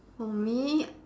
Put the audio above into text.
for me